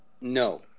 No